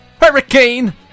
hurricane